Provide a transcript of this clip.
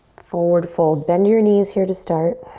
forward fold. bend your knees here to start.